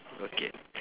okay